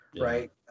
right